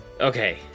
Okay